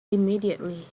immediately